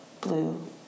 blue